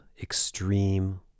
extreme